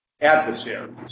adversaries